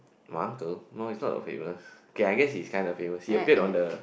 my uncle no he is not famous okay I guess he is kind of famous he appeared on the